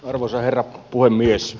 arvoisa herra puhemies